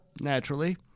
naturally